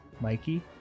Mikey